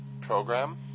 program